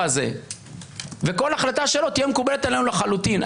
הזה וכל החלטה שלו תהיה מקובלת עלינו לחלוטין,